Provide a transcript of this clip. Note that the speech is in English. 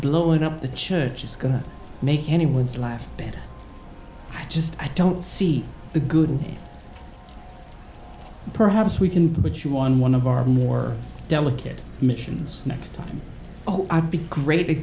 blowing up the church is going to make anyone's life better just i don't see the good and perhaps we can put you on one of our more delicate missions next time oh i'd be great a